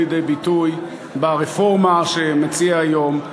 לידי ביטוי ברפורמה ששר הפנים מציע היום.